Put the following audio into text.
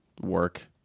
work